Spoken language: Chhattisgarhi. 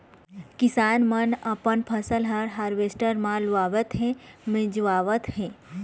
किसान मन अपन फसल ह हावरेस्टर म लुवावत हे, मिंजावत हे